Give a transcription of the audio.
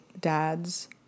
dad's